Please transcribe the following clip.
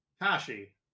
Kashi